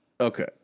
Okay